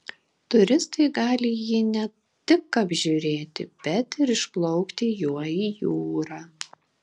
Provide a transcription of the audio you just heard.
turistai gali jį ne tik apžiūrėti bet ir išplaukti juo į jūrą